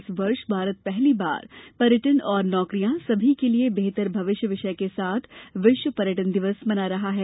इस वर्ष भारत पहली बार पर्यटन और नौकरियां सभी के लिए बेहतर भविष्य विषय के साथ विश्व पर्यटन दिवस मना रहा है